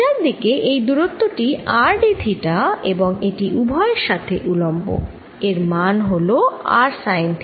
থিটার দিকে এই দুরত্ব টি r d থিটা এবং এটি উভয়ের সাথে উলম্ব এর মান হল r sine theta d phi